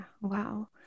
Wow